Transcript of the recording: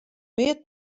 mear